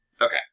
Okay